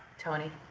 tony?